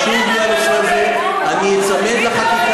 אתה יודע מה